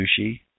sushi